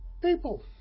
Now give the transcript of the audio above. people